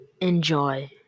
Enjoy